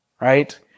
Right